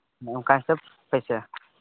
ᱚᱱᱠᱟ ᱦᱤᱥᱟᱹᱵᱽ ᱯᱮᱭᱥᱟ